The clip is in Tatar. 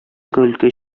көлке